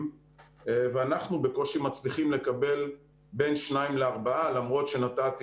ואנחנו בקושי מצליחים לקבל בין שניים לארבעה למרות שנתתי